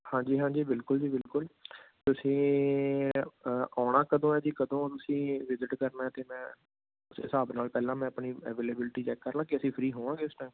ਹਾਂਜੀ ਹਾਂਜੀ ਬਿਲਕੁਲ ਜੀ ਬਿਲਕੁਲ ਤੁਸੀਂ ਅ ਆਉਣਾ ਕਦੋਂ ਹੈ ਜੀ ਕਦੋਂ ਤੁਸੀਂ ਵਿਜਿਟ ਕਰਨਾ ਅਤੇ ਮੈਂ ਉਸ ਹਿਸਾਬ ਨਾਲ ਪਹਿਲਾਂ ਮੈਂ ਆਪਣੀ ਅਵੇਲੇਬਿਲਟੀ ਚੈੱਕ ਕਰ ਲਵਾਂ ਕਿ ਅਸੀਂ ਫਰੀ ਹੋਵਾਂਗੇ ਉਸ ਟਾਈਮ